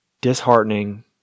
disheartening